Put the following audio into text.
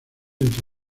entre